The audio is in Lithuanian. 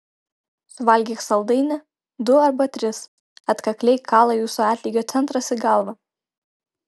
suvalgyk saldainį du arba tris atkakliai kala jūsų atlygio centras į galvą